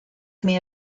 may